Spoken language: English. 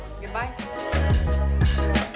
Goodbye